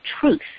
truth